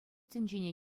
тӗнчене